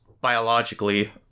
biologically